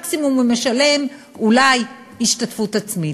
מקסימום הוא משלם, אולי, השתתפות עצמית.